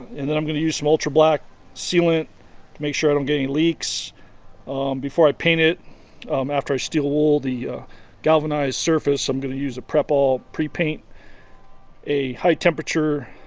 and then i'm gonna use some ultra black sealant make sure i don't get any leaks before i paint it um after i steel wool the galvanized surface i'm going to use a prep all pre paint a high-temperature